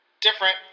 Different